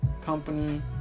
company